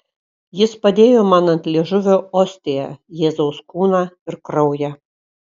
jis padėjo man ant liežuvio ostiją jėzaus kūną ir kraują